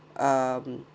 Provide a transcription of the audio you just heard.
um